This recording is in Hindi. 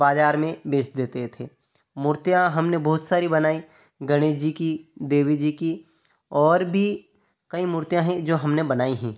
बाजार में बेच देते थे मूर्तियाँ हमने बहुत सारी बनाई गणेश जी की देवी जी की और भी कई मूर्तियाँ हैं जो हमने बनाई हैं